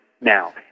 now